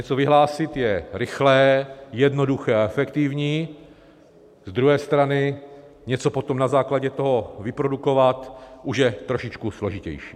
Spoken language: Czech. Něco vyhlásit je rychlé, jednoduché a efektivní, z druhé strany něco potom na základě toho vyprodukovat už je trošičku složitější.